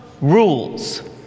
rules